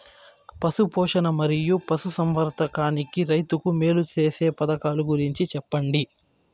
పశు పోషణ మరియు పశు సంవర్థకానికి రైతుకు మేలు సేసే పథకాలు గురించి చెప్పండి?